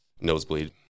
nosebleed